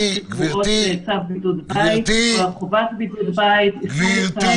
שקבועות בצו בידוד בית או חובת בידוד בית --- גברתי